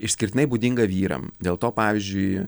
išskirtinai būdinga vyram dėl to pavyzdžiui